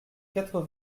quatre